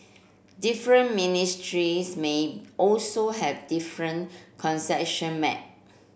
different ministries may also have different concession map